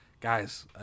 guys